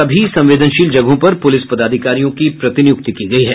सभी संवेदनशील जगहों पर पुलिस पदाधिकारियों की प्रतिनियुक्ति की गयी है